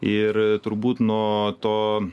ir turbūt nuo to